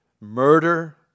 murder